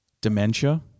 dementia